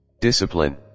Discipline